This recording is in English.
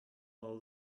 all